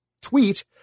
tweet